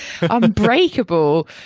Unbreakable